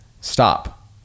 stop